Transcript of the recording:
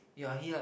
ya he like